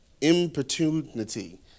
Importunity